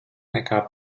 nekā